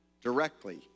directly